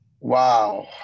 Wow